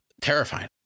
Terrifying